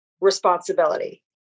responsibility